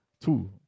Two